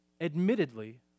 admittedly